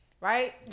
right